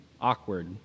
awkward